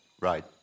Right